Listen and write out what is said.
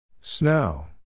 Snow